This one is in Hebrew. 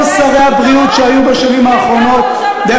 כל שרי הבריאות שהיו בשנים האחרונות, היא